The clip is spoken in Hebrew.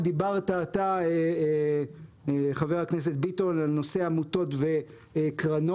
דיברת אתה ח"כ ביטון על נושא העמותות וקרנות,